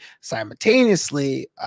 simultaneously